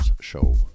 show